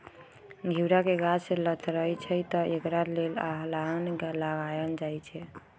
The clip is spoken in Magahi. घिउरा के गाछ लथरइ छइ तऽ एकरा लेल अलांन लगायल जाई छै